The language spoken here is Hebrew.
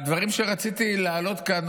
הדברים שרציתי להעלות כאן